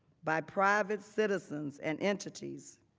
by private citizens and entities